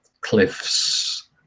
cliffs